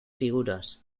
figuras